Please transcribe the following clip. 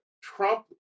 Trump